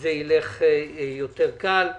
זה ילך יותר קל.